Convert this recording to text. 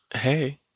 hey